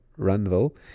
runville